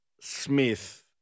Smith